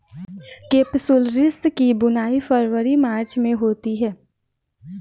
capsularis की बुवाई फरवरी मार्च में होती है